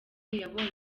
yabonye